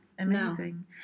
amazing